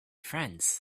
friends